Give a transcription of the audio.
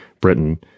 Britain